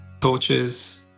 torches